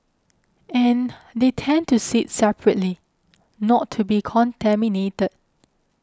and they tend to sit separately not to be contaminated